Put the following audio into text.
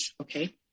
Okay